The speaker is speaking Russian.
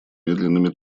медленными